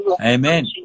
amen